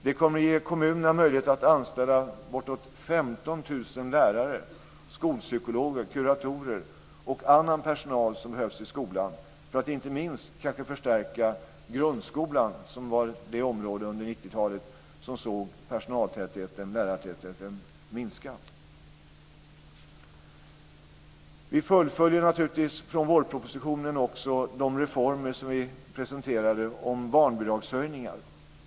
Det kommer att ge kommunerna möjlighet att anställa bortåt 15 000 lärare, skolpsykologer, kuratorer och annan personal som behövs i skolan för att förstärka inte minst grundskolan, som kanske var det område under 90-talet som mest såg personal och lärartätheten minska. Vi fullföljer naturligtvis också de reformer från vårpropositionen som vi presenterade om barnbidragshöjningar.